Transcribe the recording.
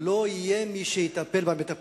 לא יהיה מי שיטפל במטפלים.